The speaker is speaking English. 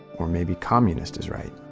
or, maybe communist is right.